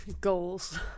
Goals